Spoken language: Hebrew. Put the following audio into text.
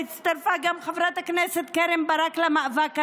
והצטרפה גם חברת הכנסת קרן ברק למאבק הזה.